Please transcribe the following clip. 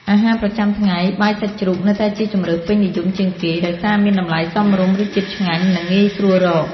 អាហារប្រចាំថ្ងៃ បាយសាច់ជ្រូកនៅតែជាជម្រើសពេញនិយមជាងគេ ដោយសារមានតម្លៃសមរម្យ រសជាតិឆ្ងាញ់ និងងាយស្រួលរក។